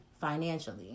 financially